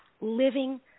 living